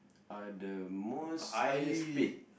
are the most highest paid